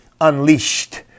unleashed